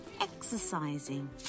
Exercising